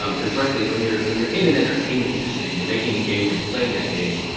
um cause frankly, when you're when you're in an entertainment industry and you're making a game or you're playing that game,